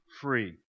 free